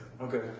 Okay